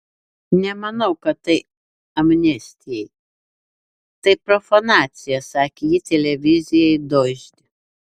nemanau kad tai amnestijai tai profanacija sakė ji televizijai dožd